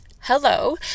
hello